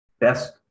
best